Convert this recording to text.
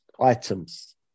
items